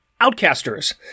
Outcasters